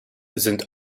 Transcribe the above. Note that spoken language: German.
sind